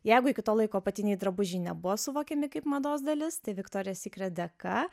jeigu iki to laiko apatiniai drabužiai nebuvo suvokiami kaip mados dalis tai viktorija sykret dėka